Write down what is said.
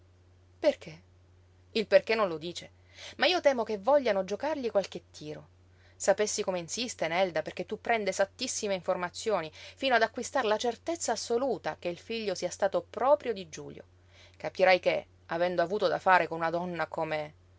perché perché il perché non lo dice ma io temo che vogliano giocargli qualche tiro sapessi come insiste nelda perché tu prenda esattissime informazioni fino ad acquistar la certezza assoluta che il figlio sia stato proprio di giulio capirai che avendo avuto da fare con una donna come